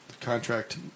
contract